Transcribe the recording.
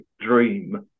Dream